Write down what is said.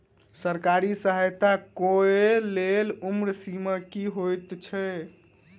सरकारी सहायता केँ लेल उम्र सीमा की हएत छई?